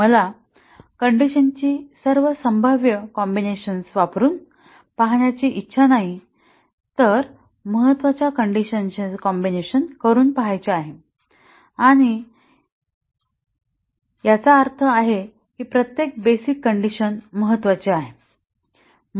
मला कण्डिशनची सर्व संभाव्य कॉम्बिनेशन्स वापरून पहाण्याची इच्छा नाही तर महत्त्वाच्या कण्डिशनचे कॉम्बिनेशन्स करून पहायचे आहे आणि आमचा अर्थ आहे ही प्रत्येक बेसिक कंडिशन महत्त्वाची आहे